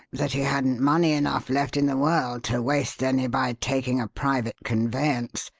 that he hadn't money enough left in the world to waste any by taking a private conveyance,